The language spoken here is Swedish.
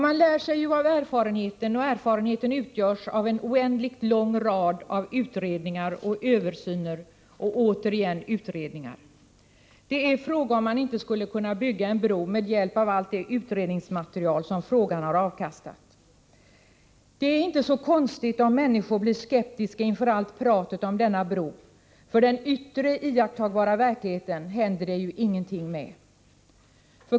Man lär sig ju av erfarenheten, och erfarenheten utgörs av en oändligt lång rad utredningar och översyner och återigen utredningar. Det är fråga om man inte skulle kunna bygga en bro med hjälp av allt det utredningsmaterial som frågan har avkastat. Det är inte så konstigt om människor blir skeptiska inför allt pratet om denna bro, för den yttre iakttagbara verkligheten händer det ju ingenting med.